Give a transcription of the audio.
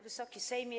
Wysoki Sejmie!